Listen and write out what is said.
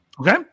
Okay